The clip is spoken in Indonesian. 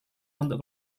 untuk